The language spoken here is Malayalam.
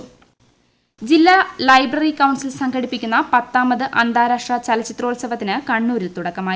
ലൈബ്രറി കൌൺസിൽ ജില്ല ലൈബ്രറി കൌൺസിൽ സംഘടിപ്പിക്കുന്ന പത്താമത് അന്താരാഷ്ട്ര ചലച്ചിത്രോത്സവത്തിന് കണ്ണൂരിൽ തുടക്കമായി